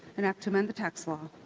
an act to amend the tax law,